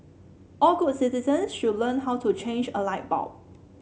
all good citizen should learn how to change a light bulb